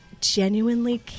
genuinely